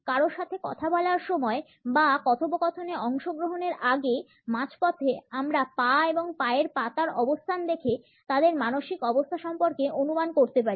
কারো সাথে কথা বলার সময় বা কথোপকথনে অংশগ্রহণের আগে মাঝপথে আমরা পা এবং পায়ের পাতার অবস্থান দেখে তাদের মানসিক অবস্থা সম্পর্কে অনুমান করতে পারি